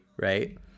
right